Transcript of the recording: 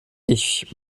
ich